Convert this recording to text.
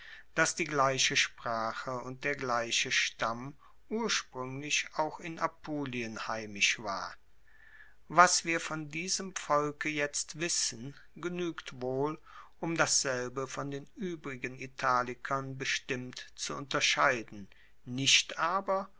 dass die gleiche sprache und der gleiche stamm urspruenglich auch in apulien heimisch war was wir von diesem volke jetzt wissen genuegt wohl um dasselbe von den uebrigen italikern bestimmt zu unterscheiden nicht aber